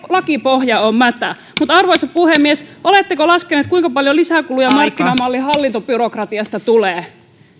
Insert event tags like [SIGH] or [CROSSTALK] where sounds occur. [UNINTELLIGIBLE] lakipohja on mätä arvoisa puhemies oletteko laskeneet kuinka paljon lisäkuluja markkinamallisesta hallintobyrokratiasta tulee